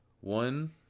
One